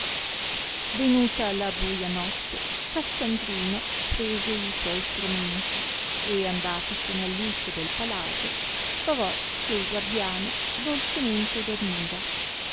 venuta la buia notte cassandrino prese li suoi stromenti e andatosene all'uscio del palagio trovò che guardiano dolcemente dormiva